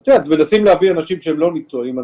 את יודעת, מנסים להביא אנשים שהם לא מקצועיים.